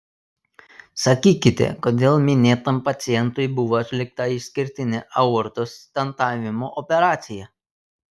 sakykite kodėl minėtam pacientui buvo atlikta išskirtinė aortos stentavimo operacija